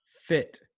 fit